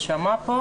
יישמע כאן.